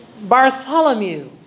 Bartholomew